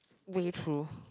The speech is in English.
way through